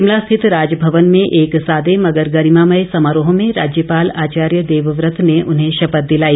शिमला स्थित राज भवन में एक सादे मगर गरिमामय समारोह में राज्यपाल आचार्य देवव्रत ने उन्हें शपथ दिलाई